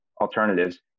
alternatives